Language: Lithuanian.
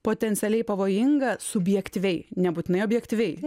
potencialiai pavojinga subjektyviai nebūtinai objektyviai